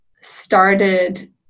started